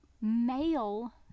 male